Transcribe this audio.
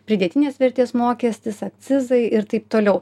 pridėtinės vertės mokestis akcizai ir taip toliau